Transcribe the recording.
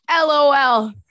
lol